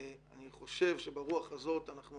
אני חושב שברוח הזאת אנחנו